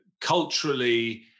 culturally